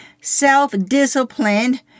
self-disciplined